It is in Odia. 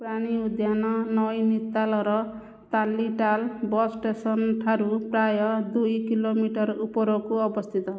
ପ୍ରାଣୀ ଉଦ୍ୟାନ ନୈନିତାଲର ତାଲିଟାଲ ବସ୍ ଷ୍ଟେସନ୍ଠାରୁ ପ୍ରାୟ ଦୁଇ କିଲୋମିଟର ଉପରକୁ ଅବସ୍ଥିତ